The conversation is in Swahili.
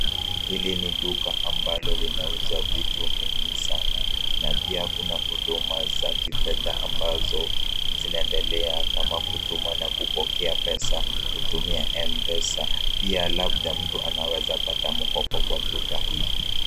Hili ni duka ambalo linauza vitu nyingi sana na pia kuna huduma za kifedha ambazo zinaendelea kama kutuma na kupokea pesa kutumia M-Pesa. Pia labda mtu anaweza pata mkopo kwa duka hili.